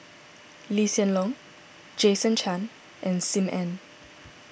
Lee Hsien Loong Jason Chan and Sim Ann